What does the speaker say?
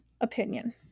opinion